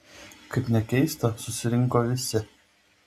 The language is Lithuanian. kaip nekeista susirinko visi